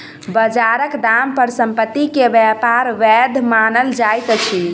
बजारक दाम पर संपत्ति के व्यापार वैध मानल जाइत अछि